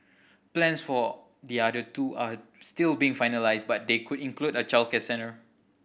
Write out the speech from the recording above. plans for the other two are still being finalised but they could include a childcare centre